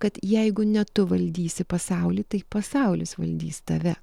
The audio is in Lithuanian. kad jeigu ne tu valdysi pasaulį tai pasaulis valdys tave